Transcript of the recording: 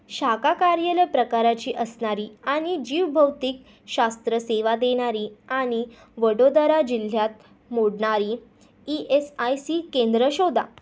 शाखा कार्यालय प्रकाराची असणारी आणि जीवभौतिक शास्त्र सेवा देणारी आणि वडोदरा जिल्ह्यात मोडणारी ई एस आय सी केंद्र शोधा